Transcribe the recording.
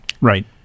Right